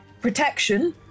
protection